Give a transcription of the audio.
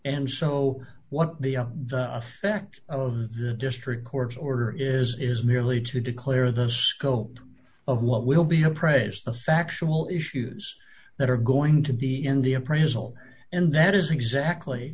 and so what the effect of the district court's order is is merely to declare the scope of what will be appraised the factual issues that are going to be in the appraisal and that is exactly